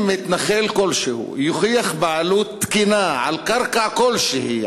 אם מתנחל כלשהו יוכיח בעלות תקינה על קרקע כלשהי,